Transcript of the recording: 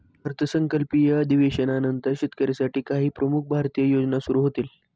अर्थसंकल्पीय अधिवेशनानंतर शेतकऱ्यांसाठी काही प्रमुख भारतीय योजना सुरू होतील